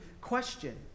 question